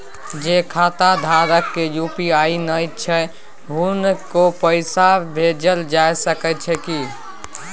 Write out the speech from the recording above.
जे खाता धारक के यु.पी.आई नय छैन हुनको पैसा भेजल जा सकै छी कि?